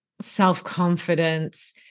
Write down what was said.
self-confidence